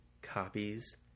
copies